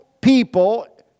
people